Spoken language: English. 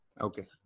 Okay